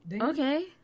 Okay